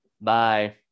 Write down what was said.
Bye